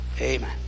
Amen